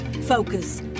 Focus